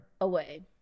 away